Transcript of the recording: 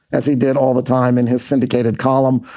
as he did all the time in his syndicated column,